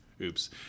oops